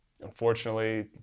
unfortunately